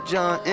John